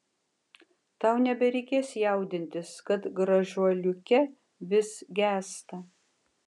tau nebereikės jaudintis kad gražuoliuke vis gęsta